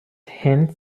hints